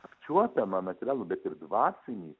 apčiuopiamą materialų bet ir dvasinį